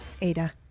Ada